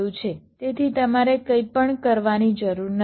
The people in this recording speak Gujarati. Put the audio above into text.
તેથી તમારે કંઈપણ કરવાની જરૂર નથી